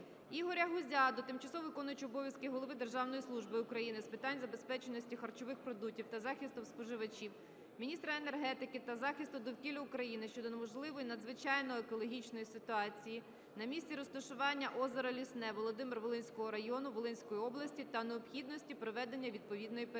Ігоря Гузя до тимчасово виконуючої обов'язки голови Державної служби України з питань безпечності харчових продуктів та захисту споживачів, міністра енергетики та захисту довкілля України щодо можливої надзвичайної екологічної ситуації на місці розташування озера Лісне Володимир-Волинського району, Волинської області та необхідності проведення відповідної перевірки.